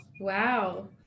Wow